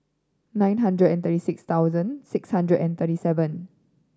nine hundred and thirty six thousand six hundred and thirty seven